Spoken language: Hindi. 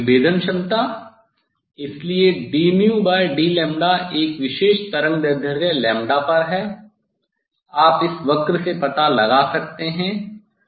और फिर विभेदन क्षमता इसलिए dd एक विशेष तरंगदैर्ध्य पर है आप इस वक्र से पता लगा सकते हैं